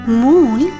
moon